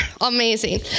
Amazing